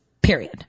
Period